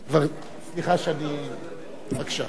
סליחה שאני, בבקשה.